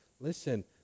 listen